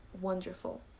wonderful